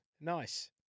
nice